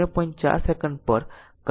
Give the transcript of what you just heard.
4 second પર current નક્કી કરો